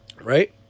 Right